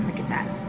look at that!